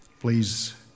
Please